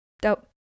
dope